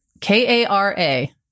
K-A-R-A